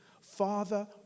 father